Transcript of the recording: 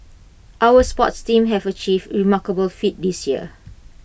our sports teams have achieved remarkable feats this year